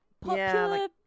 popular